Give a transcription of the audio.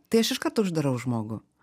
tai aš iš karto uždarau žmogų